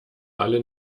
alle